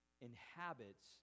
inhabits